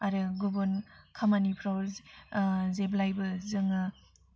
आरो गुबुन खामानिफ्राव जेब्लायबो जोङो